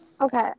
Okay